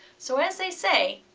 so as they say,